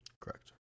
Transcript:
Correct